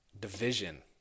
Division